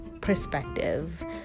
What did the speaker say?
perspective